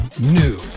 new